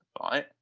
Right